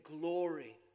glory